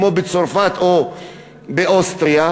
כמו בצרפת או באוסטריה,